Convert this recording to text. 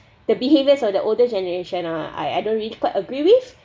the behaviors of the older generation ah I I don't really quite agree with